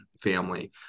family